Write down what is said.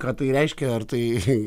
ką tai reiškia ar tai